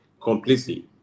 completely